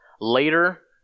later